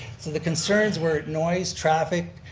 so the concerns were noise, traffic,